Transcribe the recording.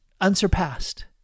unsurpassed